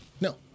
No